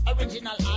Original